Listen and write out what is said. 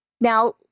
Now